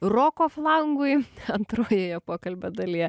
roko flangui antrojoje pokalbio dalyje